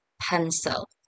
Pencil